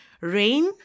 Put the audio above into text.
rain